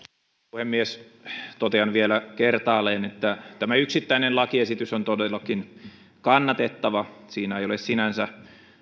puhemies totean vielä kertaalleen että tämä yksittäinen lakiesitys on todellakin kannatettava siinä ei ole sinänsä